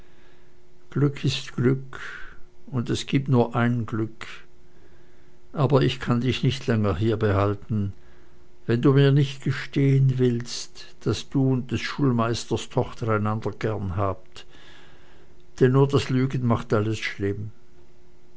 glück ist glück und es gibt nur ein glück aber ich kann dich nicht länger hierbehalten wenn du mir nicht gestehen willst daß du und des schulmeisters tochter einander gern habt denn nur das lügen macht alles schlimm